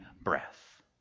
breath